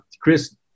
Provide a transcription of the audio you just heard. Chris